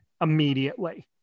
immediately